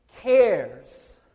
cares